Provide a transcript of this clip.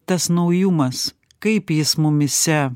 tas naujumas kaip jis mumyse